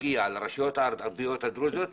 לרשויות הערביות הדרוזיות,